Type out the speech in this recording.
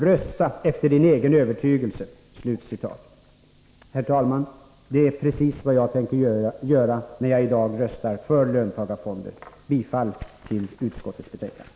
Rösta efter Din egen övertygelse.” Herr talman! Det är precis vad jag tänker göra när jag i dag röstar för löntagarfonder. Jag yrkar bifall till utskottets hemställan.